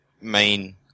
main